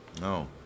No